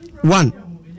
one